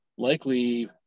likely